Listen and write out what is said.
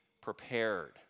prepared